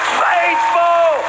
faithful